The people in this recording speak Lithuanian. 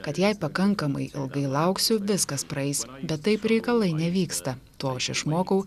kad jei pakankamai ilgai lauksiu viskas praeis bet taip reikalai nevyksta to aš išmokau